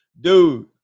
Dude